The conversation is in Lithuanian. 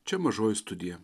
čia mažoji studija